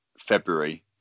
February